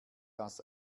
das